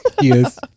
Yes